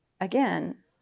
again